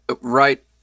right